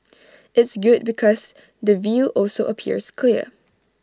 it's good because the view also appears clear